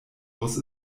muss